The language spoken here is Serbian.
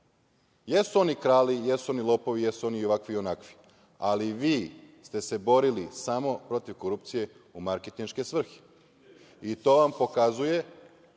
to. Jesu oni krali, jesu oni lopovi, jesu oni ovakvi i onakvi, ali vi ste se borili samo protiv korupcije u marketinške svrhe i to vam pokazuje